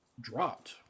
dropped